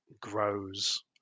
grows